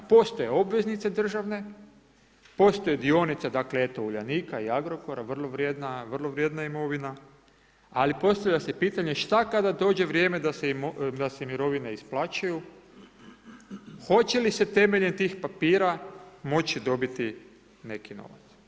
Postoje obveznice državne, postoje dionice dakle eto Uljanika i Agrokora, vrlo vrijedna imovina, ali postavlja se pitanje šta kada dođe vrijeme da se mirovine isplaćuju, hoće li se temeljem tih papira moći dobiti neki novac.